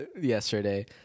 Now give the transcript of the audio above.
yesterday